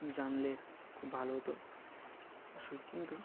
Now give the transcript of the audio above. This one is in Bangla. জানলে খুব ভালো হতো অবশ্যই কিন্তু